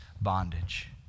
bondage